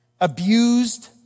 abused